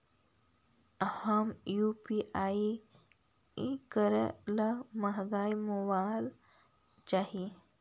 हम यु.पी.आई करे ला महंगा मोबाईल चाही?